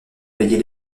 payer